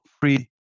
free